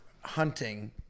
hunting